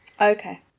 Okay